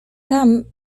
tam